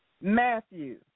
Matthew